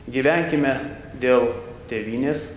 gyvenkime dėl tėvynės